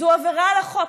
זו עבירה על החוק.